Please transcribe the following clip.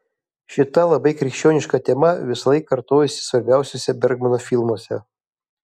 šita labai krikščioniška tema visąlaik kartojasi svarbiausiuose bergmano filmuose